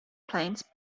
plains